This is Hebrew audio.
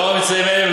לאור ממצאים אלו,